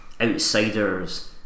outsiders